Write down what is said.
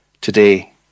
Today